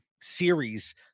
series